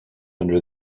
under